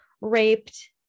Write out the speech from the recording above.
raped